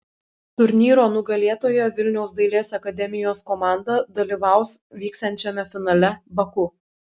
turnyro nugalėtoja vilniaus dailės akademijos komanda dalyvaus vyksiančiame finale baku